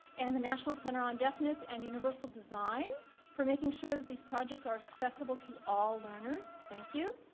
and the national center on deafness and universal design for making sure that these projects are accessible to all learners. thank you.